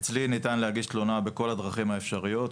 אצלי ניתן להגיש תלונה בכל הדרכים האפשריות,